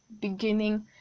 Beginning